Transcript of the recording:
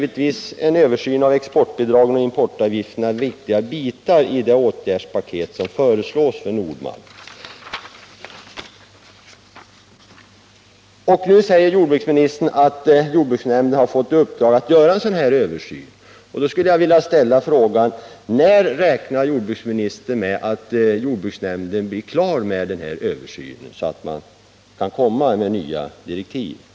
En översyn av exportbidraget och importavgifterna är då en viktig del av det åtgärdspaket som föreslås för Nord-Malt. Jordbruksministern säger i sitt svar att jordbruksnämnden fått i uppdrag att göra en sådan översyn, och jag vill därför fråga: När räknar jordbruksministern med att jordbruksnämnden blir klar med översynen, så att nya direktiv och riktlinjer kan utarbetas?